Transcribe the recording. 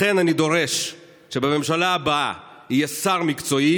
לכן אני דורש שבממשלה הבאה יהיה שר מקצועי